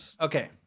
okay